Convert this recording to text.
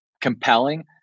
compelling